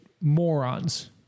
morons